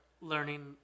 learning